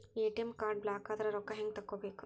ATM card ಬ್ಲಾಕದ್ರ ರೊಕ್ಕಾ ಹೆಂಗ್ ತಕ್ಕೊಬೇಕು?